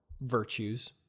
virtues